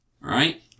Right